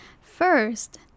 first